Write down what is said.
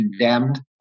condemned